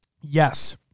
Yes